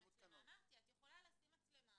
אמרתי את יכולה לשים מצלמה